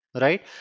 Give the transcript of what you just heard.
right